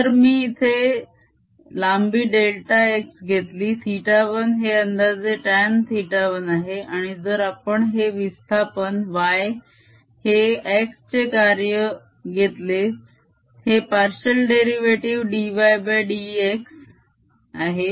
जर मी इथे लांबी डेल्टा x घेतली θ1 हे अंदाजे tan θ1 आहे आणि जर आपण हे विस्थापन y हे x चे कार्य घेतले हे पार्शिअल डेरीवेटीव dydx आहे